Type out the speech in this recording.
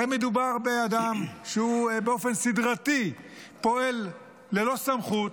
הרי מדובר באדם שבאופן סדרתי פועל ללא סמכות,